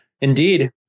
Indeed